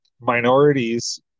minorities